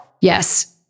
Yes